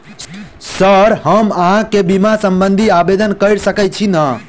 Sir हम अहाँ केँ बीमा संबधी आवेदन कैर सकै छी नै?